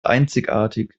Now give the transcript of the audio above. einzigartig